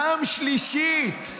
פעם שלישית.